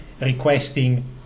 requesting